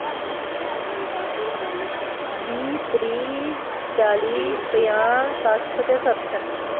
बीह् त्रीह् चाली पजांह् सट्ठ ते सत्तर